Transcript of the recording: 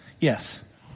Yes